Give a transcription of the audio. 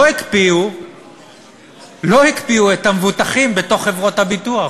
לא הקפיאו את המבוטחים בתוך חברות הביטוח.